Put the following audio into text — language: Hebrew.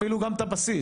אפילו גם את הבסיס,